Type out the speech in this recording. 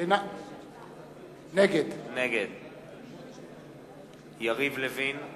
נגד יריב לוין,